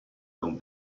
non